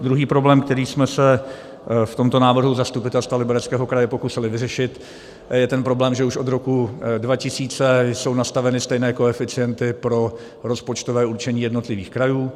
Druhý problém, který jsme se v tomto návrhu Zastupitelstva Libereckého kraje pokusili vyřešit, je ten problém, že už od roku 2000 jsou nastaveny stejné koeficienty pro rozpočtové určení jednotlivých krajů.